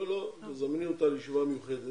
לא, תזמני אותה לישיבה מיוחדת.